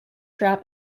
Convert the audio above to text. trap